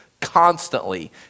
constantly